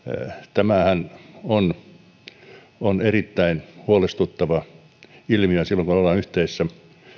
tämähän on on erittäin huolestuttava ilmiö silloin kun ollaan yhteisessä